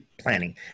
planning